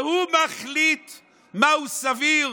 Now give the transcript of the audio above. והוא מחליט מהו סביר,